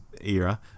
era